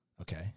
Okay